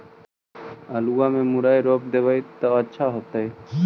आलुआ में मुरई रोप देबई त अच्छा होतई?